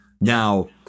Now